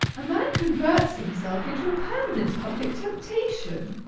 a man converts himself into a permanent public temptation.